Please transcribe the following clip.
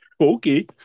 okay